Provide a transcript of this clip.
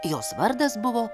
jos vardas buvo